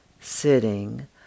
sitting